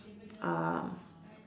um